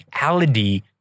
reality